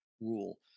rule